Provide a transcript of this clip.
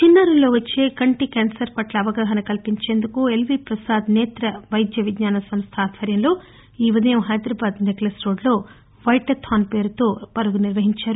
చిన్నారుల్లో వచ్చే కంటి క్యాన్సర్ పట్ల అవగాహన కల్పించేందుకు ఎల్వీ పసాద్ నేత్ర వైద్య విజ్ఞాన సంస్ట ఆధ్వర్యంలో ఈ ఉదయం హైదరాబాద్ నెక్లెస్రోడ్లో వైటాధాన్ పేరుతో పరుగు నిర్వహించారు